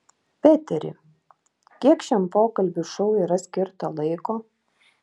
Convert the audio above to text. peteri kiek šiam pokalbių šou yra skirta laiko